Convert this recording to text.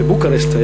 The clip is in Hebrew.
בבוקרשט,